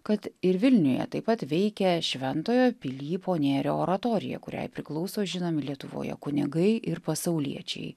kad ir vilniuje taip pat veikia šventojo pilypo nėrio oratorija kuriai priklauso žinomi lietuvoje kunigai ir pasauliečiai